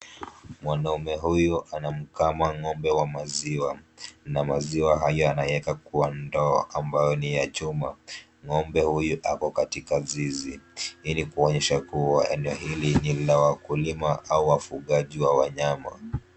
Mwanaume huyu anamkama ng'ombe wa maziwa na maziwa haya anaiweka kwa ndoo ambayo ni ya chuma. Ng'ombe huyu ako katika zizi, hii ni kuonyesha kuwa eneo hili ni la wakulima au wafugaji wa wanyama.